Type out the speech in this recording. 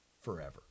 forever